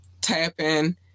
tap-in